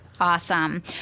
Awesome